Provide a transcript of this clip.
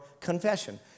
confession